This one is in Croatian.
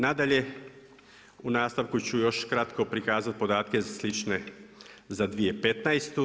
Nadalje u nastavku ću još kratko prikazati podatke slične za 2015.